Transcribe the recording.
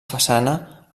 façana